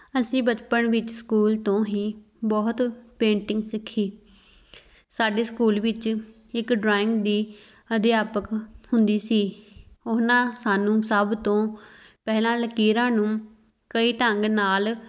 ਅਸੀਂ ਬਚਪਨ ਵਿੱਚ ਸਕੂਲ ਤੋਂ ਹੀ ਬਹੁਤ ਪੇਂਟਿੰਗ ਸਿੱਖੀ ਸਾਡੇ ਸਕੂਲ ਵਿੱਚ ਇੱਕ ਡਰਾਇੰਗ ਦੀ ਅਧਿਆਪਕ ਹੁੰਦੀ ਸੀ ਉਹਨਾਂ ਸਾਨੂੰ ਸਭ ਤੋਂ ਪਹਿਲਾਂ ਲਕੀਰਾਂ ਨੂੰ ਕਈ ਢੰਗ ਨਾਲ